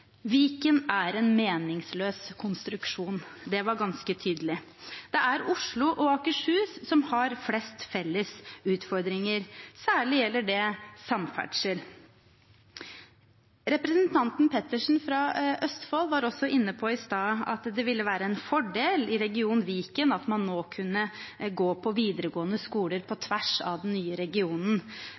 Viken er en meningsløs konstruksjon, det var ganske tydelig. Det er Oslo og Akershus som har flest felles utfordringer, særlig gjelder det samferdsel. Representanten Pettersen fra Østfold var i stad inne på at det vil være en fordel i regionen Viken at man nå kan gå på videregående skoler på tvers av den nye regionen.